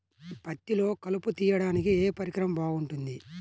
పత్తిలో కలుపు తీయడానికి ఏ పరికరం బాగుంటుంది?